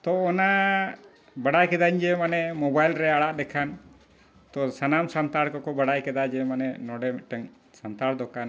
ᱛᱚ ᱚᱱᱟ ᱵᱟᱰᱟᱭ ᱠᱤᱫᱟᱹᱧ ᱡᱮ ᱢᱟᱱᱮ ᱢᱚᱵᱟᱭᱤᱞ ᱨᱮ ᱟᱲᱟᱜ ᱞᱮᱠᱷᱟᱱ ᱛᱚ ᱥᱟᱱᱟᱢ ᱥᱟᱱᱛᱟᱲ ᱠᱚᱠᱚ ᱵᱟᱰᱟᱭ ᱠᱮᱫᱟ ᱡᱮ ᱢᱟᱱᱮ ᱱᱚᱰᱮ ᱢᱤᱫᱴᱟᱝ ᱥᱟᱱᱛᱟᱲ ᱫᱚᱠᱟᱱ